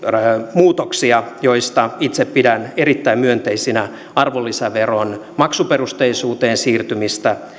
muutoksia joista itse pidän erittäin myönteisinä arvonlisäveron maksuperusteisuuteen siirtymistä